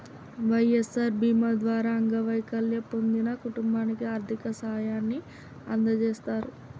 వై.ఎస్.ఆర్ బీమా ద్వారా అంగవైకల్యం పొందిన కుటుంబానికి ఆర్థిక సాయాన్ని అందజేస్తారు